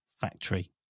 factory